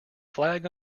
flag